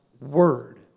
word